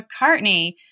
McCartney